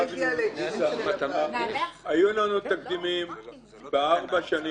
גבי, היו לנו תקדימים בארבע השנים